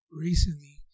recently